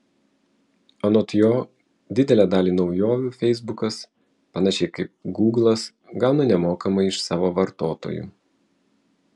anot jo didelę dalį naujovių feisbukas panašiai kaip gūglas gauna nemokamai iš savo vartotojų